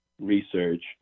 research